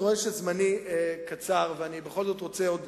אני רואה שזמני קצר ואני בכל זאת רוצה עוד